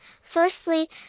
Firstly